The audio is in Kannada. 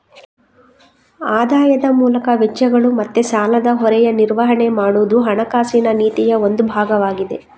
ಆದಾಯದ ಮೂಲಕ ವೆಚ್ಚಗಳು ಮತ್ತೆ ಸಾಲದ ಹೊರೆಯ ನಿರ್ವಹಣೆ ಮಾಡುದು ಹಣಕಾಸಿನ ನೀತಿಯ ಒಂದು ಭಾಗವಾಗಿದೆ